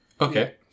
Okay